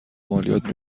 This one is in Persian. مالیات